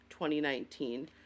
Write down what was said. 2019